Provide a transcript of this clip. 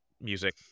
music